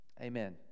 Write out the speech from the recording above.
Amen